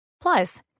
Plus